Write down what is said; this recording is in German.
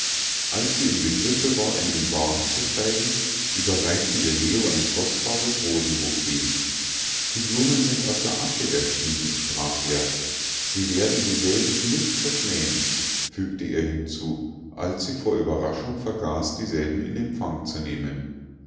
als sie im begriffe war in den wagen zu steigen überreichte ihr leo ein kostbares rosenboukett die blumen sind aus der asche erstiegen sprach er sie werden dieselben nicht verschmähen fügte er hinzu als sie vor ueberraschung vergaß dieselben in empfang zu nehmen